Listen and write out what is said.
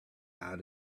out